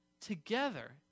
together